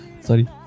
Sorry